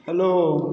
hello